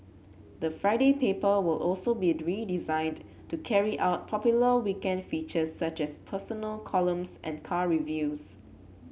the Friday paper will also be redesigned to carry out popular weekend feature such as personal columns and car reviews